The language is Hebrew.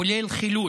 כולל חילוט,